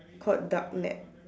called dark net